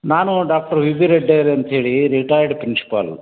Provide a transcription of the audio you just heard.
ನಾನು doctor V V ರೆಡ್ಡೇರ್ ಅಂತೇಳೀ ರಿಟೈರ್ಡ್ ಪ್ರಿನ್ಶಿಪಾಲು